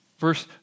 Verse